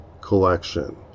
collection